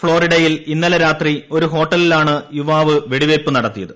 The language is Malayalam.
ഫ്ളോറിഡയിൽ ഇന്നലെ രാത്രി ഒരു ഹോട്ടലിലാണ് യുവാവ് വെടിവയ്പ് നടത്തിയത്